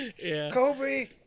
Kobe